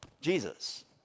Jesus